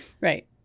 right